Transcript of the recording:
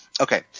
Okay